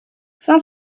cinq